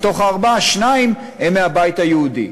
מתוך הארבעה, שניים הם מהבית היהודי.